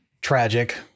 tragic